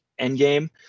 Endgame